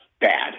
bad